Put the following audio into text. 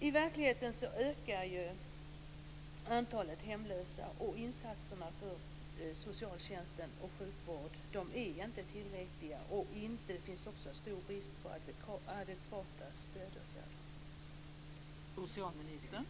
I verkligheten ökar antalet hemlösa, och insatserna från socialtjänsten och sjukvården är inte tillräckliga. Det finns också en stor brist på adekvata stödåtgärder.